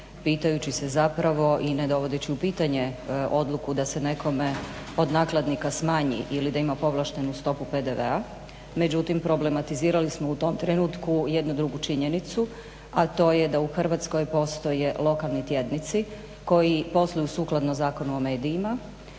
pitajući se zapravo i ne dovodeći u pitanje odluku da se nekome od nakladnika smanji ili da ima povlaštenu stopu PDV-a. Međutim, problematizirali smo u tom trenutku jednu drugu činjenicu, a to je da u Hrvatskoj postoje lokalni tjednici koji posluju sukladno Zakonu o medijima,